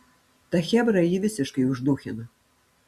ta chebra jį visiškai uždūchino